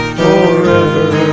forever